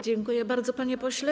Dziękuję bardzo, panie pośle.